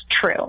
true